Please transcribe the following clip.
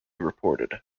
reported